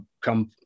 come